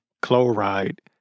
chloride